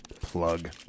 Plug